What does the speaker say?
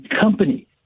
company